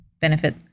Benefit